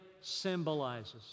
symbolizes